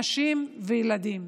נשים וילדים.